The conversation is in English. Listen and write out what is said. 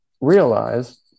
realize